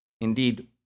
indeed